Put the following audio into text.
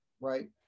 Right